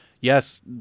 yes